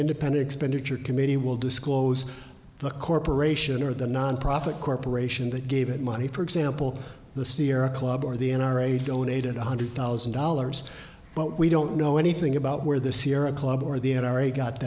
independent expenditure committee will disclose the corporation or the nonprofit corporation that gave it money for example the sierra club or the n r a donated one hundred thousand dollars but we do don't know anything about where the sierra club or the n r a got